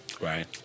Right